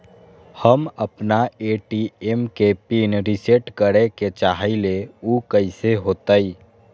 हम अपना ए.टी.एम के पिन रिसेट करे के चाहईले उ कईसे होतई?